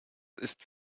ist